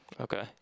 Okay